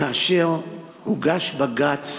כאשר הוגש בג"ץ,